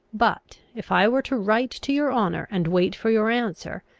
but, if i were to write to your honour, and wait for your answer,